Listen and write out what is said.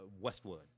Westwood